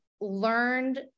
learned